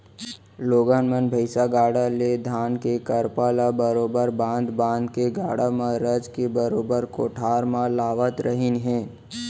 लोगन मन भईसा गाड़ा ले धान के करपा ल बरोबर बांध बांध के गाड़ा म रचके बरोबर कोठार म लावत रहिन हें